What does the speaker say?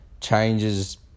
changes